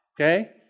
okay